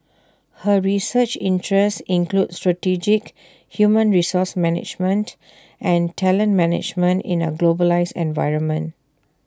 her research interests include strategic human resource management and talent management in A globalised environment